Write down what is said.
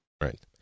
Right